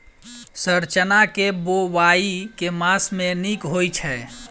Sir चना केँ बोवाई केँ मास मे नीक होइ छैय?